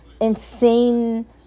insane